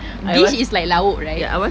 dish is like lauk right